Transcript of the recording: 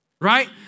Right